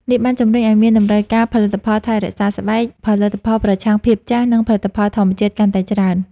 នេះបានជំរុញឱ្យមានតម្រូវការផលិតផលថែរក្សាស្បែក ផលិតផលប្រឆាំងភាពចាស់ និងផលិតផលធម្មជាតិកាន់តែច្រើន។